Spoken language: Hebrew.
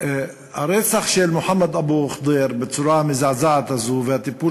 הרצח של מוחמד אבו ח'דיר בצורה המזעזעת הזאת והטיפול